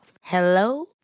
Hello